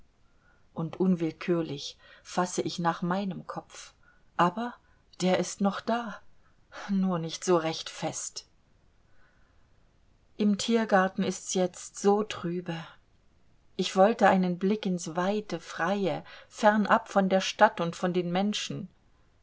und unwillkürlich fasse ich nach meinem kopf aber der ist noch da nur nicht so recht fest im tiergarten ist's jetzt so trübe ich wollte einen blick in's weite freie fernab von der stadt und von den menschen